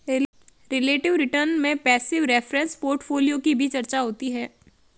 relative return में passive reference portfolio की भी चर्चा होती है